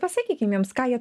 pasakykim jiems ką jie